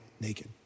naked